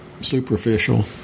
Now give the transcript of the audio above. superficial